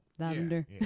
lavender